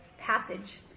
passage